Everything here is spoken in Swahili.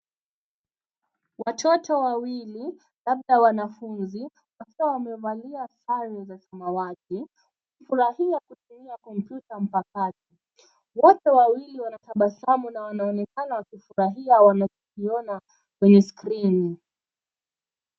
Watoto wawili, labda wanafunzi, wakiwa wamevalia sare za samawati, wanafurahia kutumia kompyuta mpakato. Wote wawili wana tabasamu na wanaonekana wakifurahia wanachokiona kwenye skirini.